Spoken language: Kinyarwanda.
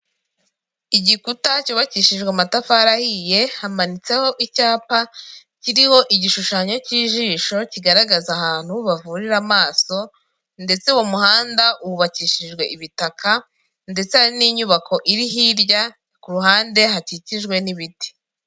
Igikuta cyubakishijwe amatafari ahiye, hamanitseho icyapa kiriho igishushanyo cy'ijisho kigaragaza ahantu bavurira amaso ndetse uwo muhanda wubakishijwe ibitaka ndetse n'inyubako iri hirya ku ruhande hakikijwe n'ibiti.